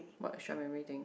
what extra memory thing